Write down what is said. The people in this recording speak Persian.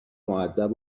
مودب